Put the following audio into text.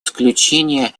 исключения